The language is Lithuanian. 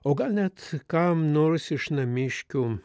o gal net kam nors iš namiškių